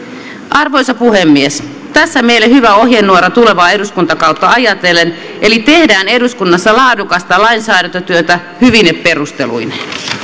arvoisa puhemies tässä meille hyvä ohjenuora tulevaa eduskuntakautta ajatellen eli tehdään eduskunnassa laadukasta lainsäädäntötyötä hyvine perusteluineen